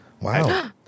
Wow